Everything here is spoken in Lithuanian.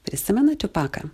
prisimenat tiupaką